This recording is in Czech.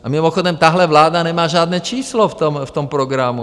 A mimochodem, tahle vláda nemá žádné číslo v tom programu.